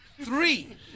Three